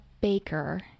baker